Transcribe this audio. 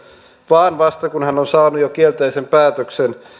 vaan vasta kun hän on saanut jo kielteisen päätöksen